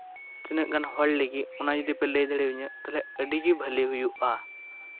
ᱛᱤᱱᱟᱹᱜ ᱜᱟᱱ ᱦᱚᱲ ᱞᱟᱹᱜᱤᱫ ᱚᱱᱟ ᱡᱩᱫᱤᱯᱮ ᱞᱟᱹᱭ ᱫᱟᱲᱮᱣᱟᱹᱧᱟᱹ ᱛᱟᱞᱦᱮ ᱟᱹᱰᱤ ᱜᱮ ᱵᱷᱟᱹᱞᱮ ᱦᱩᱭᱩᱜᱼᱟ